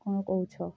କ'ଣ କହୁଛ